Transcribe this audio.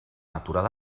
aturada